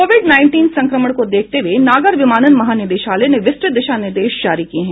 Covid nineteen संक्रमण को देखते हुए नागर विमानन महानिदेशालय ने विस्तृत दिशा निर्देश जारी किए हैं